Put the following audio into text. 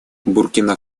буркина